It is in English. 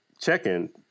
check-in